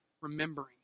remembering